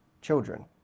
children